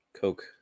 Coke